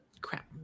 Crap